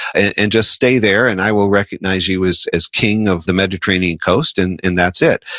and just stay there. and i will recognize you as as king of the mediterranean coast, and and that's it.